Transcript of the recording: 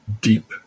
deep